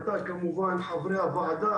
וחברי הוועדה,